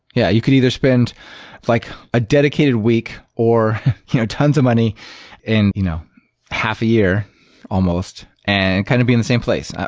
yeah, you could either spend like a dedicated week or you know tons of money in you know half a year almost and kind of be in the same place.